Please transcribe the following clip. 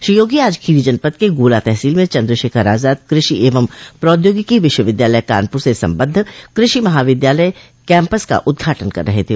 श्री योगी आज खीरी जनपद के गोला तहसील में चन्द्र शेखर आजाद कृषि एवं प्रौद्योगिकी विश्वविद्यालय कानपुर से सम्बद्ध कृषि महाविद्यालय कैम्पस का उद्घाटन कर रहे थे